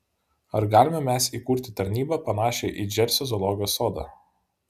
ar galime mes įkurti tarnybą panašią į džersio zoologijos sodą